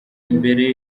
mbere